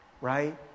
right